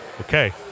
Okay